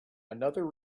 another